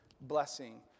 blessing